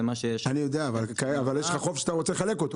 אני יודע, אבל יש לך חוב שאתה רוצה לחלק אותו.